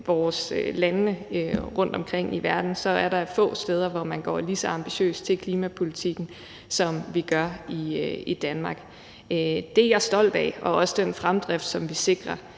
ser på landene rundtomkring i verden, er der få steder, hvor man går lige så ambitiøst til klimapolitikken, som vi gør i Danmark. Det er jeg stolt af, og jeg er også stolt af den fremdrift, som vi sikrer,